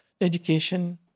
education